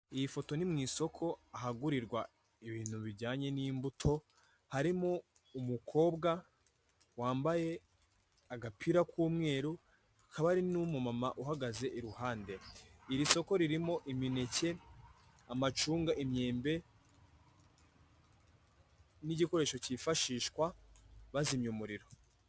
Aka ni agace gatuwe nk'uko bigaragazwa n'ibipangu bihari, hateye ipoto ririho insinga z'imikara kandi iri poto biragaragara ko rikwirakwiza umuriro w'amashanyarazi muri aka gace aha turahabona amapave aho iri poto rishinze, hari n'ibiti hakurya ndetse hari n'amabuye akikije izi ngo.